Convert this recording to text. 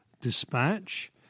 Dispatch